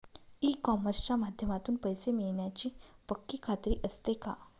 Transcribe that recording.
E कॉमर्सच्या माध्यमातून पैसे मिळण्याची पक्की खात्री असते का?